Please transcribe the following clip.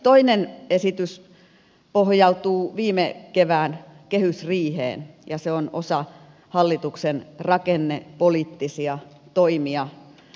toinen esitys pohjautuu viime kevään kehysriiheen ja se on osa hallituksen rakennepoliittisia toimia